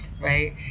right